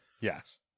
yes